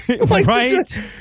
Right